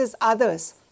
others